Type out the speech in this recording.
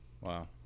Wow